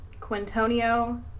Quintonio